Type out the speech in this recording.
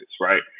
right